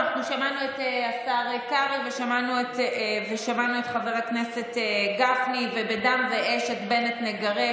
שמענו את השר קרעי ושמענו את חבר הכנסת גפני "בדם ואש את בנט נגרש",